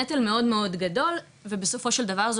זה נטל מאוד גדול ובסופו של דבר,